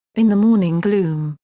in the morning gloom,